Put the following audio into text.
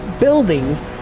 buildings